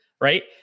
right